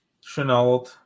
Chenault